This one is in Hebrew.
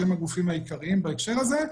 שהם הגופים העיקריים בהקשר הזה,